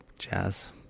jazz